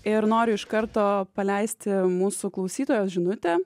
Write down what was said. ir noriu iš karto paleisti mūsų klausytojos žinutę